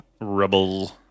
Rubble